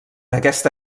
aquesta